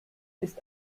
ist